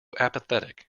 apathetic